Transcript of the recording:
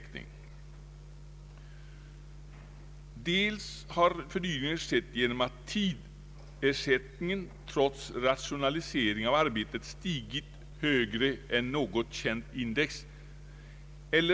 Vidare har tidsersättningen trots rationalisering av arbetet stigit mer än något känt index.